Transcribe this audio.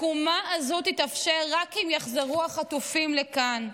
התקומה הזו תתאפשר רק אם יחזרו החטופים לכאן,